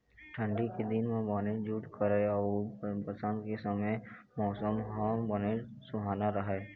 ठंडी के दिन म बनेच जूड़ करय अउ बसंत के समे मउसम ह बनेच सुहाना राहय